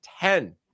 ten